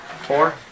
four